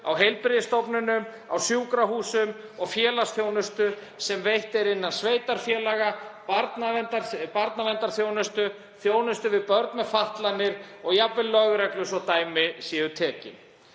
á heilbrigðisstofnunum, á sjúkrahúsum og félagsþjónustu sem er veitt innan sveitarfélaga, barnaverndarþjónustu og þjónustu við börn með fatlanir, og jafnvel lögreglu, svo dæmi séu til